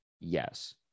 Yes